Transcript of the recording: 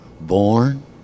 born